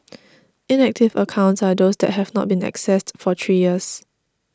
inactive accounts are those that have not been accessed for three years